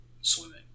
swimming